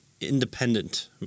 independent